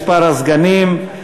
מספר הסגנים,